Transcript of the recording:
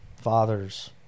fathers